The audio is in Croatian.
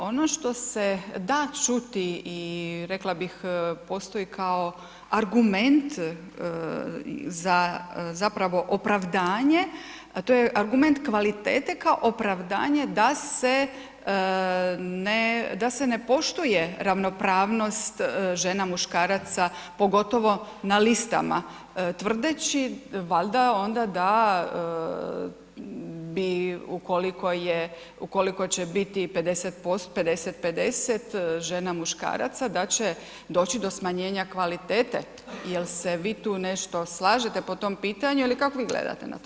Ono što se da čuti i rekla bih postoji kao argument za zapravo opravdanje, a to je argument kvalitete kao opravdanje da se ne, da se ne poštuje ravnopravnost žena, muškaraca, pogotovo na listama tvrdeći valjda onda da bi ukoliko će biti 50:50 žena, muškaraca da će doći do smanjenja kvalitete jel se vi tu nešto slažete po tom pitanju ili kako vi gledate na to?